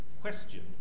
question